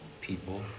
people